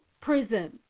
prison